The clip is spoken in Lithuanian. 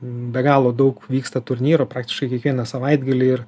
be galo daug vyksta turnyrų praktiškai kiekvieną savaitgalį ir